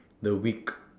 the week